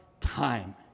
time